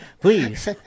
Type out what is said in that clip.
Please